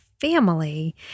family